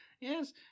yes